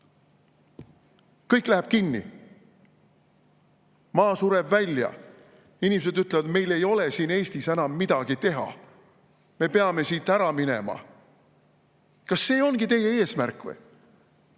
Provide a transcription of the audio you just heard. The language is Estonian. kõik läheb kinni! Maa sureb välja. Inimesed ütlevad: meil ei ole Eestis enam midagi teha, me peame siit ära minema. Kas see ongi teie eesmärk või?